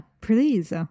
please